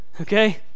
Okay